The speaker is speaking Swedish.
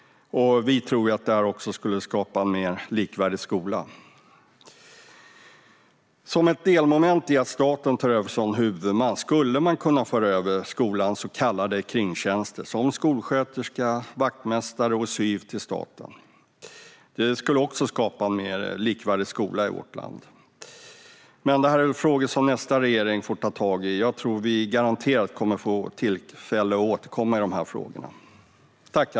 Vi tror att det också skulle skapa en mer likvärdig skola. Som ett delmoment i att staten tar över som huvudman skulle man kunna föra över skolans så kallade kringtjänster, som skolsköterskor, vaktmästare och SYV, till staten. Det skulle också skapa en mer likvärdig skola i vårt land. Det här är dock frågor som nästa regering får ta tag i. Vi får garanterat tillfälle att återkomma till de här frågorna.